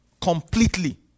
completely